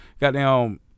goddamn